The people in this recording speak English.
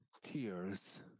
Tears